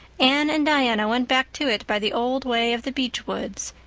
anne and diana went back to it by the old way of the beech woods,